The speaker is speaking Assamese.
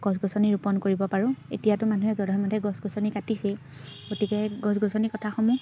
গছ গছনি ৰোপণ কৰিব পাৰোঁ এতিয়াতো মানুহে জধে মধে গছ গছনি কাটিছেই গতিকে গছ গছনি কটাসমূহ